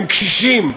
הם קשישים,